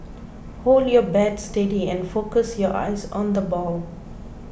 hold your bat steady and focus your eyes on the ball